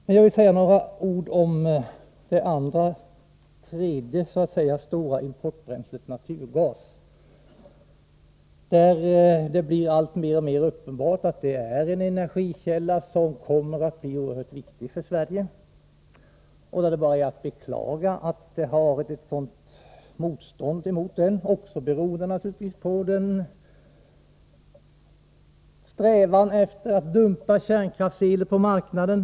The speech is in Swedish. Men jag vill säga några ord om det tredje stora importbränslet, naturgas. Det blir alltmer uppenbart att naturgasen är en energikälla som kommer att bli oerhört viktig för Sverige. Det är bara att beklaga att det har varit ett sådant motstånd mot den, naturligtvis också beroende på strävandena att dumpa kärnkraftsel på marknaden.